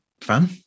fan